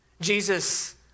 Jesus